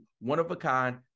one-of-a-kind